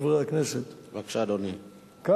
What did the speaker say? חברי הכנסת: כאן,